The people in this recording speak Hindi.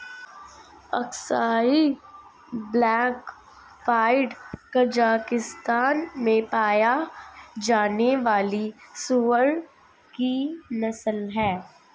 अक्साई ब्लैक पाइड कजाकिस्तान में पाया जाने वाली सूअर की नस्ल है